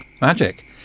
Magic